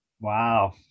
wow